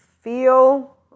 feel